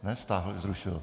Ne, stáhl, zrušil.